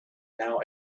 now